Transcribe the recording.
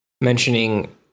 mentioning